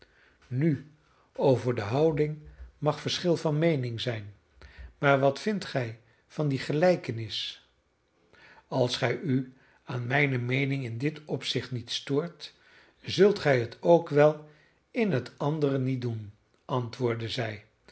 nu over de houding mag verschil van meening zijn maar wat vindt gij van die gelijkenis als gij u aan mijne meening in dit opzicht niet stoort zult gij het ook wel in het andere niet doen antwoordde zij